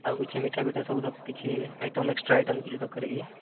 ଆଉ କିଛି ମିଠାପିଠା ସବୁ କିଛି ଆଇଟମ୍ ଏକ୍ସଟ୍ରା ଆଇଟମ୍ କିଛି ଦରକାର କି